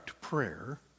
prayer